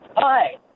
Hi